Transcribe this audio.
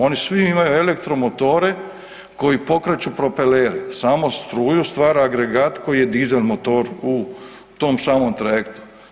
Oni svi imaju elektromotore koji pokreću propelere samo struju stvara agregat koji je dizel motor u tom samom trajektu.